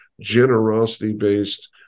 generosity-based